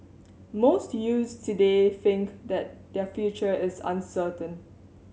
most youths today think that their future is uncertain